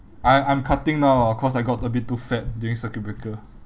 I I'm cutting down ah cause I got a bit too fat during circuit breaker